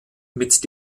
mit